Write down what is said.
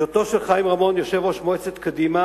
היותו של חיים רמון יושב-ראש מועצת קדימה